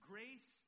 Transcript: Grace